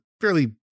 fairly